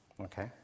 Okay